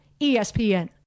ESPN